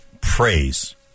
praise